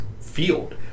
field